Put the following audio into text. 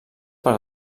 per